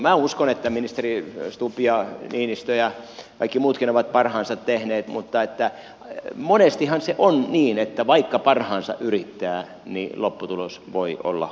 minä uskon että ministerit stubb ja niinistö ja kaikki muutkin ovat parhaansa tehneet mutta monestihan se on niin että vaikka parhaansa yrittää niin lopputulos voi olla huono